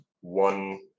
one